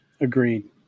Agreed